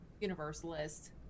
universalist